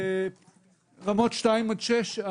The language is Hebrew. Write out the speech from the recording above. ברמות 2 עד 6,